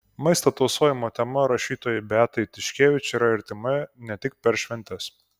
maisto tausojimo tema rašytojai beatai tiškevič yra artima ne tik per šventes